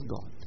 God